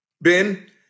Ben